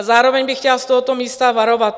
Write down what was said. Zároveň bych chtěla z tohoto místa varovat.